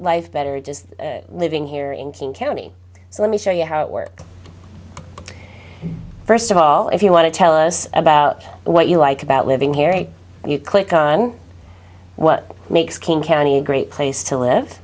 life better just living here in king county so let me show you how it works first of all if you want to tell us about what you like about living here and you click on what makes king county a great place to live